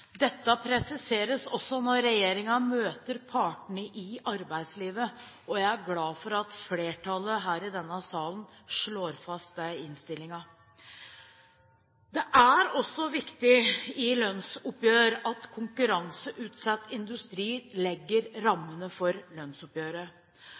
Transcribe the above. Dette presiseres også når regjeringen møter partene i arbeidslivet. Jeg er glad for at flertallet i denne salen slår fast det i innstillingen. Det er også viktig i lønnsoppgjør at konkurranseutsatt industri legger